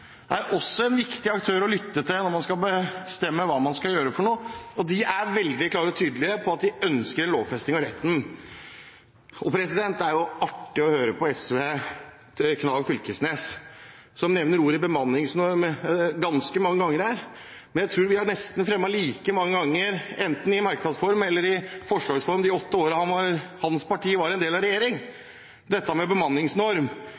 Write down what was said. Jeg synes faktisk at det er ganske vesentlig. Jeg tror Seniorsaken også er en viktig aktør å lytte til når man skal bestemme hva man skal gjøre for noe, og de er veldig klare og tydelige på at de ønsker en lovfesting av retten. Det er artig å høre på SVs Knag Fylkesnes, som nevner ordet «bemanningsnorm» ganske mange ganger her. Jeg tror vi nesten like mange ganger, enten i merknadsform eller i forslagsform de åtte årene hans parti var en del av regjeringen, har fremmet dette med bemanningsnorm,